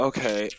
Okay